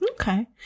Okay